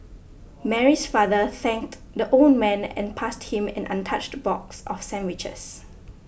Mary's father thanked the old man and passed him an untouched box of sandwiches